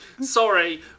sorry